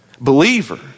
Believer